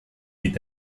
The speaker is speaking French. est